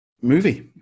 movie